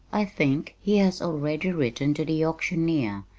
i think he has already written to the auctioneer,